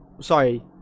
sorry